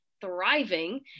thriving